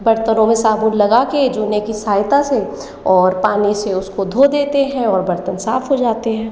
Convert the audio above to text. बर्तनों पर साबुन लगा के जूने की सहायता से और पानी से उसको धो देते हैं और बर्तन साफ हो जातें हैं